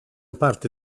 parte